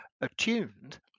attuned